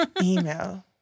email